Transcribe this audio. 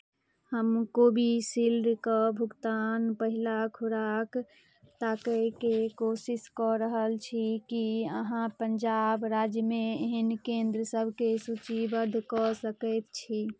हम कोविशील्डके भुगतान पहिला खुराक ताकयके कोशिश कऽ रहल छी की अहाँ पंजाब राज्यमे एहन केन्द्र सभकेँ सूचीबद्ध कऽ सकैत छी